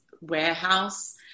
warehouse